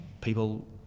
People